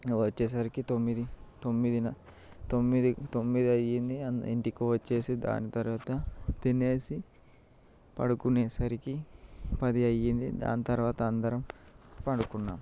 ఇంకా వచ్చేసరికి తొమ్మిది తొమ్మిది తొమ్మిది తొమ్మిది అయింది ఇంటికి వచ్చేసి దాని తరువాత తినేసి పడుకునేసరికి పది అయ్యింది దాని తరువాత అందరం పడుకున్నాము